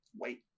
Wait